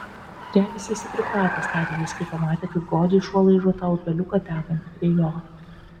regis esi pripratęs tarė jis kai pamatė kaip godžiai šuo laižo tą upeliuką tekantį prie jo